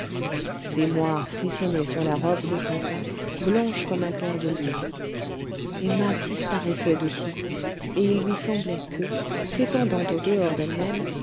moires frissonnaient sur la robe de satin blanche comme un clair de lune emma disparaissait dessous et il lui semblait que s'épandant au dehors d'elle-même